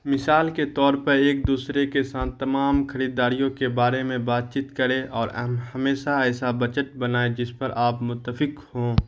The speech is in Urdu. مثال کے طور پر ایک دوسرے کے ساتھ تمام خریداریوں کے بارے میں بات چیت کریں اور ہمیشہ ایسا بچت بنائیں جس پر آپ متفق ہوں